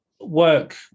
work